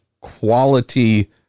quality